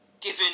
given